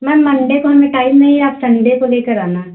ma'am Monday को हमें time नहीं है आप संडे को लेकर आना